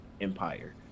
empire